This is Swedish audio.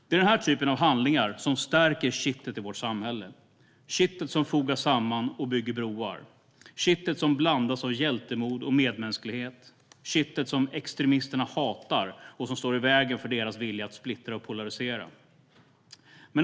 Det är den typen av handlingar som stärker kittet i vårt samhälle - kittet som fogar samman och bygger broar, kittet som blandas av hjältemod och medmänsklighet, kittet som extremisterna hatar och som står i vägen för deras vilja att splittra och polarisera.